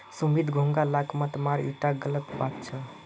सुमित घोंघा लाक मत मार ईटा गलत बात छ